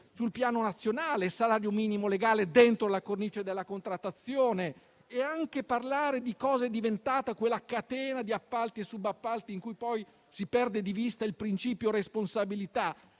il tema del salario minimo legale dentro la cornice della contrattazione. Occorre anche parlare di cosa è diventata quella catena di appalti e subappalti in cui poi si perde di vista il principio di responsabilità: